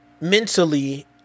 mentally